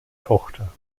tochter